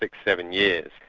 like seven years,